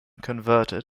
converted